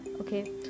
okay